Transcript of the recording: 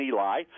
Eli